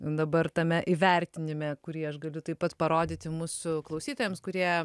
dabar tame įvertinime kurį aš galiu taip pat parodyti mūsų klausytojams kurie